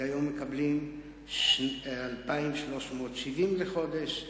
וכיום מקבלים 2,370 לחודש.